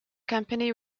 company